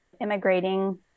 immigrating